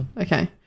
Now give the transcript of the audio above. okay